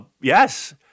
Yes